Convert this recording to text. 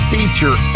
Feature